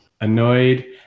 annoyed